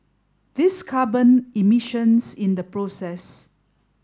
this carbon emissions in the process